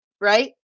Right